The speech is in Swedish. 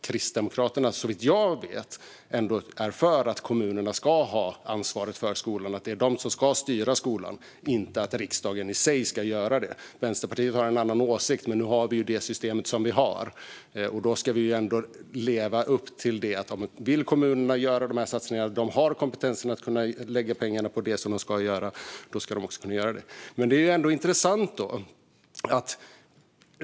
Kristdemokraterna är såvitt jag vet för att kommunerna ska ha ansvar för skolan och att det är de som ska styra skolan, inte riksdagen. Vänsterpartiet har en annan åsikt. Men nu har vi det system vi har, och då ska vi leva upp till det. Om kommunerna vill göra dessa satsningar och har kompetens att lägga pengarna på det som kommunerna ska göra, då ska de också kunna göra det. Det är intressant.